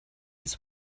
his